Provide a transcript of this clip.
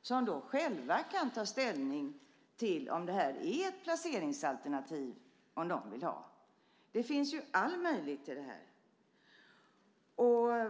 som då själva kan ta ställning till om det är ett placeringsalternativ som de vill ha. Det finns alla möjligheter här.